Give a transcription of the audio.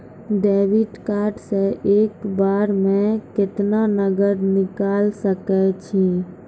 Debit card से एक बार मे केतना नगद निकाल सके छी?